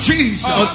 Jesus